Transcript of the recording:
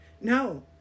No